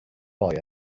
boy